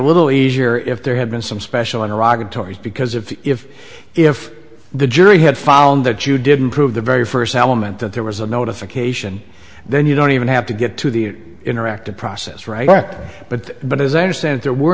little easier if there had been some special iraq and tories because if if if the jury had found that you didn't prove the very first element that there was a notification then you don't even have to get to the interactive process right but but as i understand there were